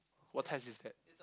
what test is that